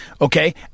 Okay